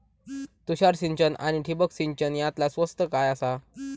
तुषार सिंचन आनी ठिबक सिंचन यातला स्वस्त काय आसा?